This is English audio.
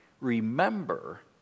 remember